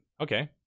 Okay